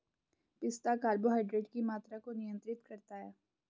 पिस्ता कार्बोहाइड्रेट की मात्रा को नियंत्रित करता है